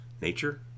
nature